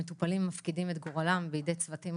שמטופלים מפקידים את גורלם בידי צוותים